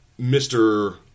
Mr